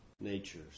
nature